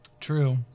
True